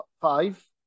five